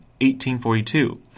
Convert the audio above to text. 1842